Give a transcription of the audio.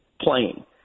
playing